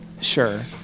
Sure